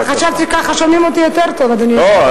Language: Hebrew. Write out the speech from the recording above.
אבל חשבתי שכך שומעים אותי יותר טוב,